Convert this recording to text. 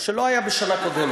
מה שלא היה בשנה הקודמת.